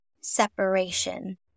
separation